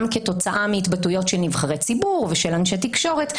כתוצאה מהתבטאויות של נבחרי ציבור ושל אנשי תקשורת,